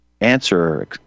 answer